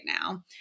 now